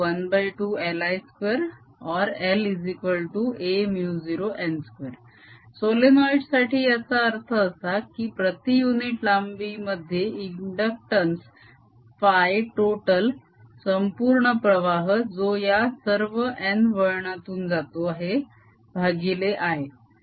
a0n2I2212LI2 or La0n2 solenoid साठी याचा अर्थ असा की प्रती युनिट लांबी मध्ये इंडक्टंस फाय टोटल संपूर्ण प्रवाह जो या सर्व n वळणातून जातो आहे भागिले I